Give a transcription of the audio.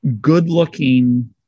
good-looking